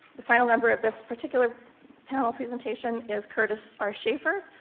the final member of this particular panel presentation is kurtis r. schaeffer,